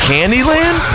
Candyland